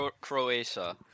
Croatia